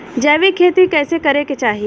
जैविक खेती कइसे करे के चाही?